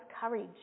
courage